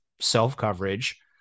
self-coverage